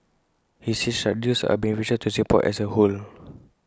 he said such deals are beneficial to Singapore as A whole